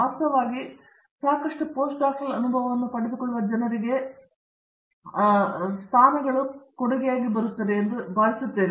ವಾಸ್ತವವಾಗಿ ಸಾಕಷ್ಟು ಪೋಸ್ಟ್ಡಾಕ್ಟೊರಲ್ ಅನುಭವವನ್ನು ಪಡೆದುಕೊಳ್ಳುವ ಜನರಿಗೆ ಸ್ಥಾನಗಳು ಕೊಡುಗೆಯಾಗಿವೆ ಎಂದು ನಾನು ಭಾವಿಸುತ್ತೇನೆ